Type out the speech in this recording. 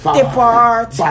depart